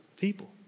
people